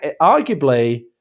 arguably